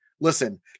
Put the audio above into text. Listen